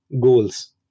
goals